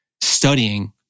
studying